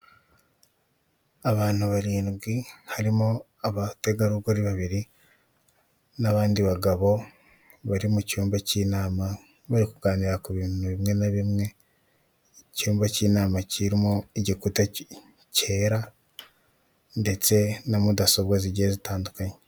Abantu barindwi: harimo abategarugori babiri, n'abandi bagabo bari mu cyumba cy'inama, bari kuganira ku bintu bimwe na bimwe, icyumba cy'inama kirimo igikuta cyera, ndetse na mudasobwa zigiye zitandukanye.